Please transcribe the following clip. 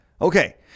Okay